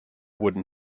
wooden